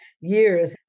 years